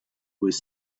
was